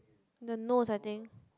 the nose I think